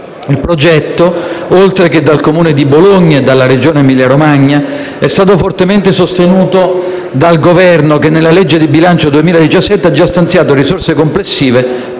finanziario. Oltre che dal Comune di Bologna e dalla Regione Emilia-Romagna, è stato fortemente sostenuto dal Governo, che, nella legge di bilancio 2017 ha già stanziato risorse complessive per